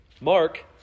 Mark